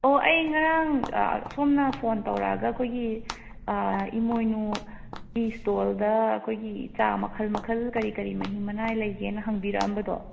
ꯑꯣ ꯑꯩ ꯉꯔꯥꯡ ꯁꯣꯝꯅ ꯐꯣꯟ ꯇꯧꯔꯛꯑꯒ ꯑꯩꯈꯣꯏꯒꯤ ꯏꯃꯣꯏꯅꯨꯒꯤ ꯏꯁꯇꯣꯜꯗ ꯑꯩꯈꯣꯏꯒꯤ ꯆꯥꯔ ꯃꯈꯜ ꯃꯈꯜ ꯀꯔꯤ ꯀꯔꯤ ꯃꯍꯤ ꯃꯅꯥꯏ ꯂꯩꯒꯦꯅ ꯍꯪꯕꯤꯔꯛꯑꯝꯕꯗꯣ